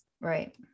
Right